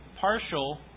partial